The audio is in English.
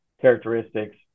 characteristics